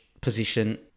position